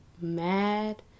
mad